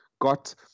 got